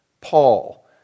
Paul